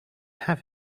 have